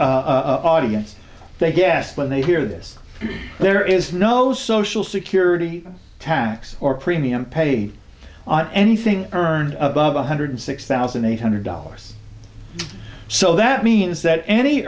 audience they guessed when they hear this there is no social security tax or premium paid on anything earned above one hundred six thousand eight hundred dollars so that means that any